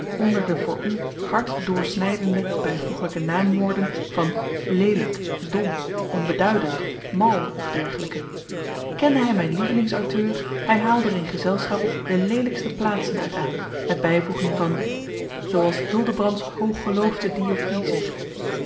onder de voor u hartdoorsnijdende bijvoeglijke naamwoorden van leelijk dom onbeduidend mal of dergelijke kende hij mijn lievelings auteur hij haalde er in gezelschap de leelijkste plaatsen uit aan met bijvoeging van zoo als hildebrands hooggeloofde die of die zegt